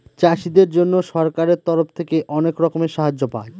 চাষীদের জন্য সরকারের তরফ থেকে অনেক রকমের সাহায্য পায়